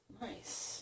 Nice